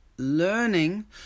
learning